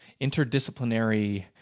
interdisciplinary